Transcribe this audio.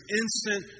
instant